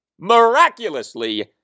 miraculously